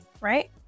right